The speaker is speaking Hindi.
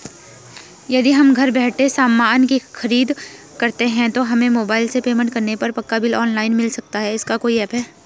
यदि हम घर बैठे सामान की खरीद करते हैं तो हमें मोबाइल से पेमेंट करने पर पक्का बिल ऑनलाइन मिल सकता है इसका कोई ऐप है